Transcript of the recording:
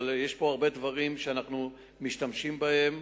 אבל יש הרבה דברים שאנחנו משתמשים בהם.